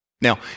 Now